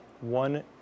One